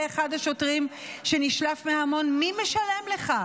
אחד השוטרים כשנשלף מההמון: מי משלם לך?